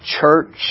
church